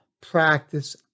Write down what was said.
practice